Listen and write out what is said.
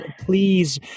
please